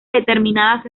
determinadas